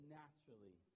naturally